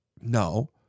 No